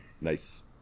Nice